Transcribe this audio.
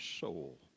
soul